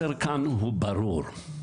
הרב משאש היה הראשון שפתח